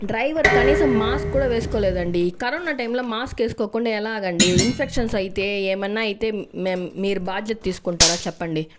driver కనీసం mask కూడా వేసుకోలేదండి ఈ కరోనా టైంలో మాస్క్ వేసుకోకుండా ఎలాగండి ఇన్ఫెక్షన్స్ అయితే ఏమన్నా అయితే మేం మీరు బాధ్యత తీసుకుంటారా చెప్పండి